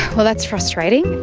well that's frustrating.